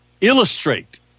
illustrate